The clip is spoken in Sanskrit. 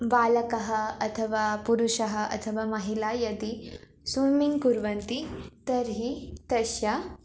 बालकः अथवा पुरुषः अथवा महिला यदि स्वुम्मिङ्ग् कुर्वन्ति तर्हि तस्य